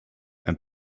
and